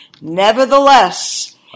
Nevertheless